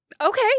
Okay